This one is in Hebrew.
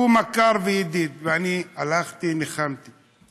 שהוא מכר וידיד, ואני הלכתי, ניחמתי.